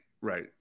right